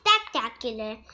spectacular